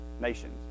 nations